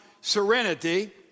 serenity